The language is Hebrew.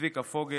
צביקה פוגל,